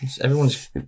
everyone's